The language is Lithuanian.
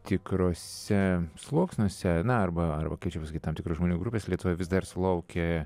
tikrose sluoksniuose na arba arba visgi tam tikros žmonių grupės lietuvoje vis dar sulaukia